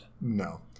no